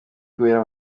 kubera